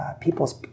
people's